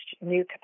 new